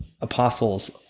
apostles